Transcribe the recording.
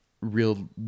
real